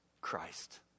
Christ